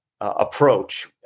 approach